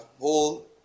whole